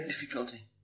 difficulty